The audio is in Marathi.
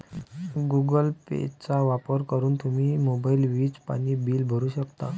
गुगल पेचा वापर करून तुम्ही मोबाईल, वीज, पाणी बिल भरू शकता